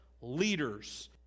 leaders